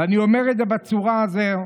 ואני אומר את זה בצורה הזאת.